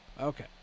Okay